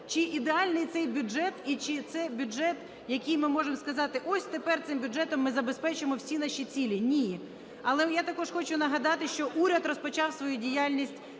чи ідеальний цей бюджет і чи це бюджет, який ми можемо сказати: ось тепер цим бюджетом ми забезпечимо всі наші цілі? Ні. Але я також хочу нагадати, що уряд розпочав свою діяльність